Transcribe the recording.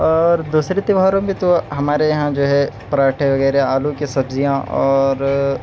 اور دوسری تیوہاروں کے تو ہمارے جو ہے پراٹھے وغیرہ آلو کی سبزیاں اور